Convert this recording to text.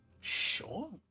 Sure